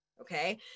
okay